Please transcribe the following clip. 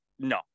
No